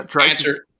answer